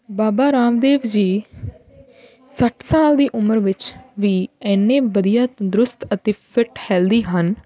ਬਾਬਾ ਰਾਮਦੇਵ ਜੀ ਸੱਠ ਸਾਲ ਦੀ ਉਮਰ ਵਿੱਚ ਵੀ ਇੰਨੇ ਵਧੀਆ ਤੰਦਰੁਸਤ ਅਤੇ ਫਿੱਟ ਹੈਲਦੀ ਹਨ